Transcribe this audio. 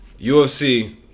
UFC